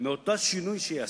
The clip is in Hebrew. מאותו שינוי שהיא עשתה.